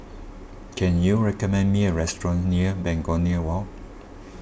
can you recommend me a restaurant near Begonia Walk